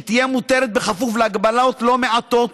שתהיה מותרת בכפוף להגבלות לא מעטות,